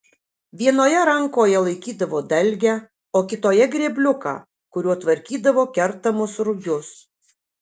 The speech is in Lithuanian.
vienoje rankoje laikydavo dalgę o kitoje grėbliuką kuriuo tvarkydavo kertamus rugius